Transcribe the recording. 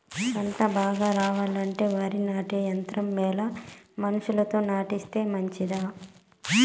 పంట బాగా రావాలంటే వరి నాటే యంత్రం మేలా మనుషులతో నాటిస్తే మంచిదా?